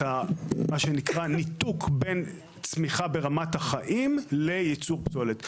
את הניתוק בין צמיחה ברמת החיים לייצור פסולת.